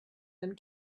them